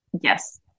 Yes